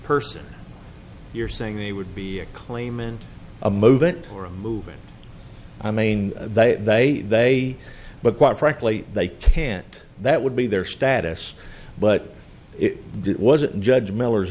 person you're saying they would be a claimant a move it or a moving i mean they they they but quite frankly they can't that would be their status but it wasn't judge miller's